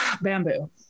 bamboo